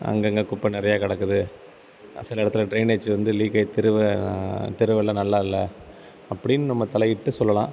அங்கங்கே குப்பை நிறையா கிடக்குது சில இடத்துல ட்ரைனேஜு வந்து லீக் ஆகி தெருவை தெருவெல்லாம் நல்லா இல்லை அப்படின்னு நம்ம தலையிட்டு சொல்லலாம்